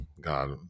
God